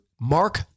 Mark